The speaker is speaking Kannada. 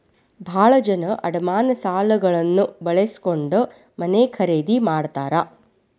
ಭಾಳ ಜನ ಅಡಮಾನ ಸಾಲಗಳನ್ನ ಬಳಸ್ಕೊಂಡ್ ಮನೆ ಖರೇದಿ ಮಾಡ್ತಾರಾ